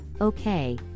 Okay